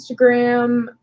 Instagram